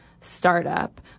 Startup